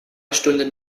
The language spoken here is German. stunden